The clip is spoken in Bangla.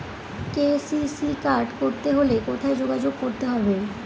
কে.সি.সি কার্ড করতে হলে কোথায় যোগাযোগ করতে হবে?